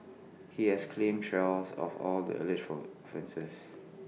he has claimed trials of all the alleged from offences